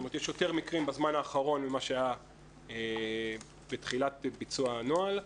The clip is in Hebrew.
זאת אומרת יש יותר מקרים בזמן האחרון ממה שהיה בתחילת ביצוע הנוהל,